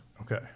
Okay